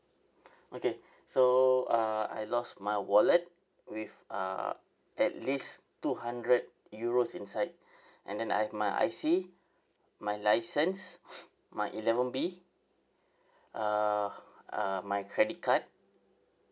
okay so uh I lost my wallet with uh at least two hundred euros inside and then I have my I_C my license my eleven B uh uh my credit card